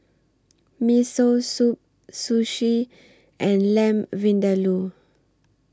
Miso Soup Sushi and Lamb Vindaloo